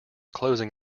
closing